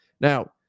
Now